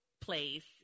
place